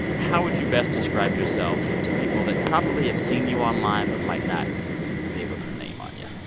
how would you best describe yourself to people that probably have seen you online but might not be able to put a name on yeah